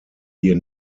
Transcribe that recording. ihr